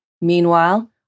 Meanwhile